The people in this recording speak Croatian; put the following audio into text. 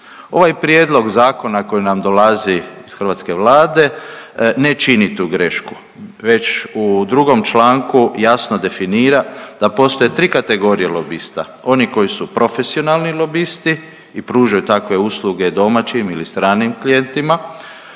Ovaj prijedlog zakona koji nam dolazi iz hrvatske Vlade ne čini tu grešku. Već u 2. članku jasno definira da postoje 3 kategorije lobista. Oni koji su profesionalni lobisti i pružaju takve usluge domaćim ili stranim klijentima,